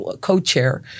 co-chair